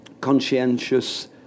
conscientious